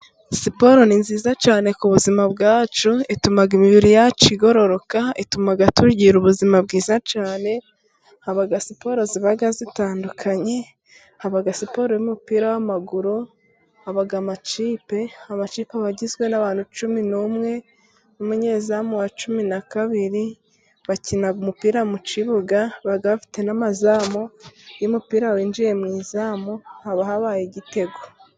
Siporo ni nziza cyane ku buzima bwacu, ituma imibiri yacu igororoka. Ituma tugira ubuzima bwiza cyane. Haba siporo ziba zitandukanye. Haba siporo y'umupira w'amaguru, haba amakipe, amakipe aba agizwe n'abantu cumi n'umwe, n'umuyezamu wa cumi na kabiri. Bakina umupira mu kibuga, baba bafite n'amazamu y'umupira. Iyo umupira winjiye mu izamu haba habaye igitego.